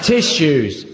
Tissues